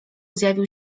zjawił